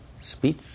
speech